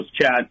chat